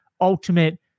ultimate